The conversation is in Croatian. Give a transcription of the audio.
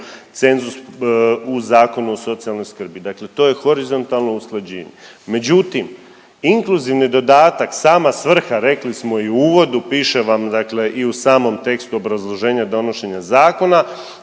cenzus u Zakonu o socijalnoj skrbi, dakle to je horizontalno usklađenje. Međutim, inkluzivni dodatak sama svrha rekli smo i u uvodu piše vam i u samom tekstu obrazloženja donošenja zakona